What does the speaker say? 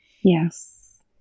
Yes